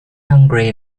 hungry